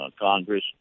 Congress